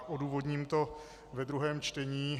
Odůvodním to ve druhém čtení.